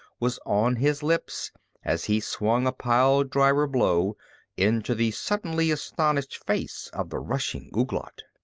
was on his lips as he swung a pile-driver blow into the suddenly astonished face of the rushing ouglat.